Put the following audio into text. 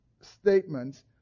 statements